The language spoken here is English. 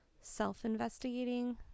self-investigating